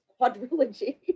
quadrilogy